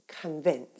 convinced